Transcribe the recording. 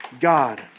God